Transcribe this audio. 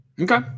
Okay